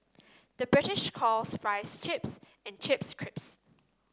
the British calls fries chips and chips crisps